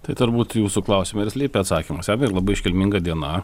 tai turbūt jūsų klausime ir slypi atsakymas labai iškilminga diena